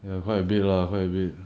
mm quite a bit lah quite a bit